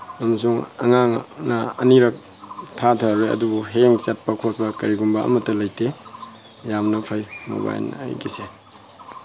ꯑꯃꯁꯨꯡ ꯑꯉꯥꯡꯅ ꯑꯅꯤꯔꯛ ꯊꯥꯊꯔꯨꯔꯦ ꯑꯗꯨꯕꯨ ꯍꯦꯡ ꯆꯠꯄ ꯈꯣꯠꯄ ꯀꯔꯤꯒꯨꯝꯕ ꯑꯃꯇ ꯂꯩꯇꯦ ꯌꯥꯝꯅ ꯐꯩ ꯃꯣꯕꯥꯏꯜ ꯑꯩꯒꯤꯁꯦ